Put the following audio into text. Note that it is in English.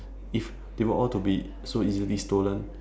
if they were all to be so easily stolen